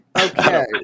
okay